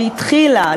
שהתחילה,